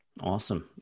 Awesome